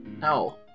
No